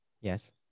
Yes